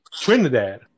Trinidad